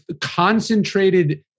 concentrated